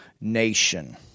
nation